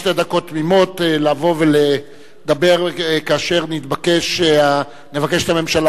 שתי דקות תמימות לבוא ולדבר כאשר נבקש מהממשלה